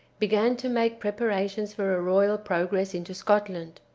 began to make preparations for a royal progress into scotland.